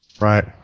Right